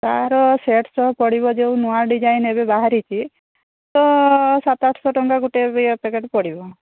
ତା'ର ସେଟ ସହ ପଡ଼ିବ ଯେଉଁ ନୂଆ ଡିଜାଇନ ଏବେ ବାହାରିଛି ତ ସାତଶହ ଆଠଶହ ଟଙ୍କା ଗୋଟେ ବି ପ୍ୟାକେଟ ପଡ଼ିବ